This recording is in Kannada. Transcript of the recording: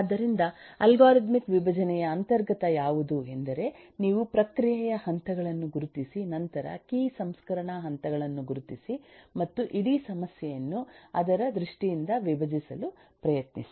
ಆದ್ದರಿಂದ ಅಲ್ಗಾರಿದಮಿಕ್ ವಿಭಜನೆಯ ಅಂತರ್ಗತ ಯಾವುದು ಎಂದರೆ ನೀವು ಪ್ರಕ್ರಿಯೆಯ ಹಂತಗಳನ್ನು ಗುರುತಿಸಿ ನಂತರ ಕೀ ಸಂಸ್ಕರಣಾ ಹಂತಗಳನ್ನು ಗುರುತಿಸಿ ಮತ್ತು ಇಡೀ ಸಮಸ್ಯೆಯನ್ನು ಅದರ ದೃಷ್ಟಿಯಿಂದ ವಿಭಜಿಸಲು ಪ್ರಯತ್ನಿಸಿ